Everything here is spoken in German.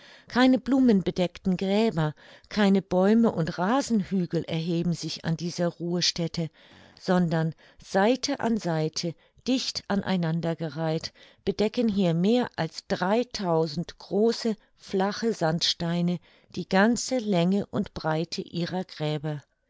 keine blumenbedeckten gräber keine bäume und rasenhügel erheben sich an dieser ruhestätte sondern seite an seite dicht an einander gereiht bedecken hier mehr als große flache sandsteine die ganze länge und breite ihrer gräber